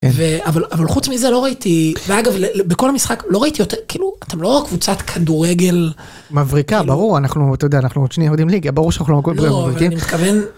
אבל אבל חוץ מזה לא ראיתי ואגב בכל המשחק לא ראיתי יותר כאילו אתם לא קבוצת כדורגל מבריקה ברור אנחנו אתה יודע אנחנו עוד שניה יורדים ליגה ברור שאנחנו לא, אבל אני מתכוון